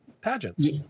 pageants